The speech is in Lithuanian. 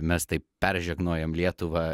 mes taip peržegnojam lietuvą